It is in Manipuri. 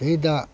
ꯆꯍꯤꯗ